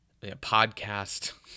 podcast